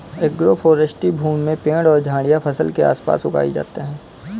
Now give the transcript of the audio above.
agroforestry भूमि में पेड़ और झाड़ियाँ फसल के आस पास उगाई जाते है